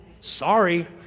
Sorry